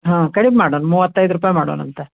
ಹಾಂ ಕಡಿಮೆ ಮಾಡೋಣ ಮೂವತ್ತೈದು ರೂಪಾಯಿ ಮಾಡೋಣಂತ